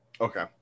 Okay